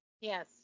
Yes